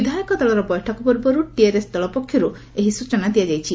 ବିଧାୟକ ଦଳର ବୈଠକ ପୂର୍ବରୁ ଟିଆର୍ଏସ୍ ଦଳ ପକ୍ଷରୁ ଏହି ସୂଚନା ଦିଆଯାଇଛି